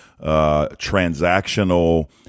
transactional